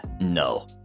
no